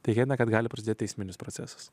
tai viena kad gali prasidėti teisminis procesas